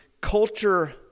culture